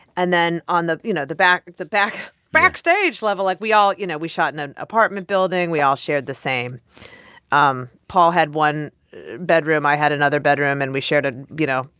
and then on the you know, the back the backstage level, like, we all you know, we shot in an apartment building. we all shared the same um paul had one bedroom. i had another bedroom. and we shared a, you know,